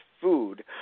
food